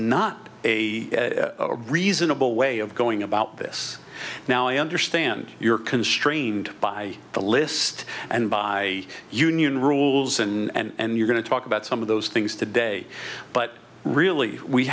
not a reasonable way of going about this now i understand you're constrained by the list and by union rules and you're going to talk about some of those things today but really we